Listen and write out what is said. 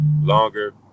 longer